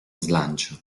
slancio